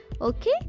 okay